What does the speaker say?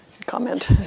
comment